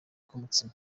k’umutsima